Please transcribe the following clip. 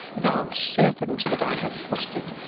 thou serpent that i have fostered,